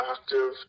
active